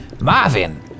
Marvin